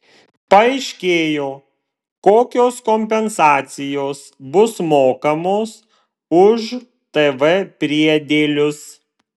paaiškėjo kokios kompensacijos bus mokamos už tv priedėlius